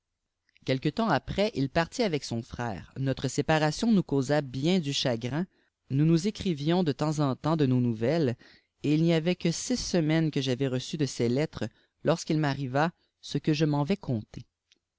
quelque temps après il partit avec son frère notre séparation nous causa bien du chagrin nous nou écrivions de temps en temps de nos nouvelles et il n'y avait que six semaines que j'avais reçu de ses lettres lorsqu'il tn'arriva ce que je m'en vais conter